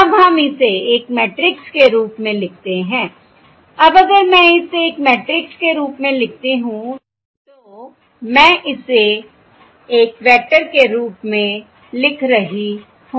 अब हम इसे एक मैट्रिक्स के रूप में लिखते हैं अब अगर मैं इसे एक मैट्रिक्स के रूप में लिखती हूं तो मैं इसे एक वेक्टर के रूप में लिख रही हूं